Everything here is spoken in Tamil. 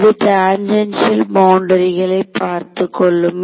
இது டாஞ்சென்ஷியல் பௌண்டரிகளை பார்த்துக்கொள்ளும்